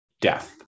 death